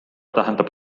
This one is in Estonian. tähendab